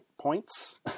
points